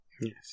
Yes